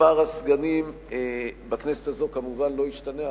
מספר הסגנים בכנסת הזאת כמובן לא ישתנה,